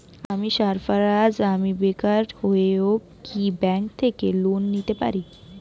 আমি সার্ফারাজ, আমি বেকার হয়েও কি ব্যঙ্ক থেকে লোন নিতে পারি?